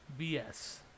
BS